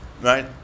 Right